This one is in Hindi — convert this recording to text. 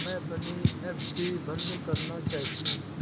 मैं अपनी एफ.डी बंद करना चाहती हूँ